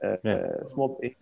Small